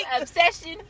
obsession